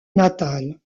natale